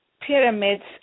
pyramids